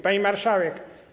Pani Marszałek!